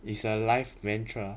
is a life mantra